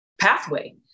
Pathway